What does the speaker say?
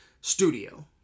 Studio